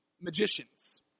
magicians